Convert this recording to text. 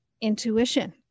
intuition